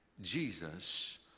jesus